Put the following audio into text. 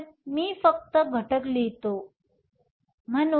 तर मी फक्त घटक लिहतो